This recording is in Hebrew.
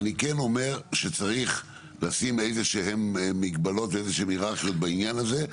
אני כן אומר שצריך לשים איזשהן מגבלות ואיזשהן היררכיות בעניין הזה,